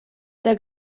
der